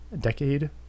Decade